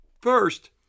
First